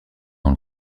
dans